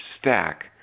stack